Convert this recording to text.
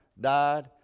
died